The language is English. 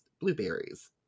blueberries